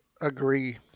Agree